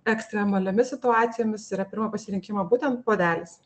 ekstremaliomis situacijomis yra pirmo pasirinkimo būtent puodelis